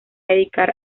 dedicar